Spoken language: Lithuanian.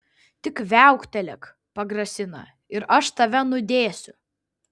tik viauktelėk pagrasina ir aš tave nudėsiu